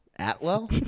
Atwell